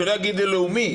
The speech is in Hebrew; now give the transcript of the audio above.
כדי שלא יגידו שירות לאומי.